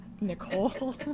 Nicole